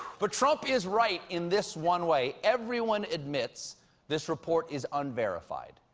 but trump is right in this one way everyone admits this report is unverified.